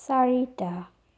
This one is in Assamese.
চাৰিটা